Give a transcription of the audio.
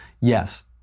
Yes